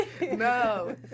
No